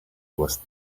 was